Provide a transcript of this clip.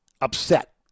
upset